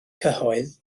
cyhoedd